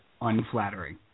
unflattering